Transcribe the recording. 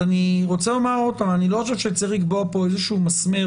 אני רוצה לומר עוד פעם שאני לא חושב שצריך לקבוע כאן איזשהו מסמר